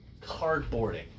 Cardboarding